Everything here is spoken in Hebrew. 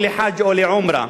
או לחאג' או לעומרה.